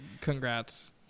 congrats